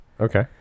Okay